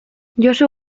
josu